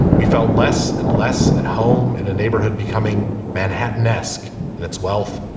we felt less and less at home in a neighborhood becoming manhattan desk and its wealth.